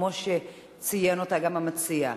כמו שציין גם המציע.